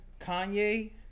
Kanye